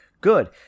Good